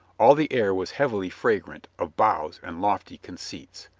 all the air was heavily fragrant of bows and lofty conceits,